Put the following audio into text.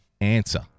answer